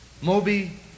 moby